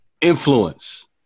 Influence